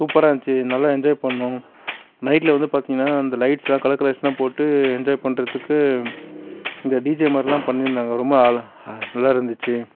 சூப்பராக இருந்துச்சு நல்லா என்ஜாய் பண்ணிணோம் நைட்டில் வந்து பார்த்தீங்னா அந்த லைட்ஸ்யெலாம் கலர் லைட்ஸ்யெலாம் போட்டு என்ஜாய் பண்ணுறதுக்கு இந்த டீஜே மாதிரிலாம் பண்ணியிருந்தாங்க ரொம்ப அழகாக நல்லா இருந்துச்சு